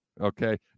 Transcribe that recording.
Okay